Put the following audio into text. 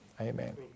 Amen